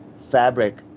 fabric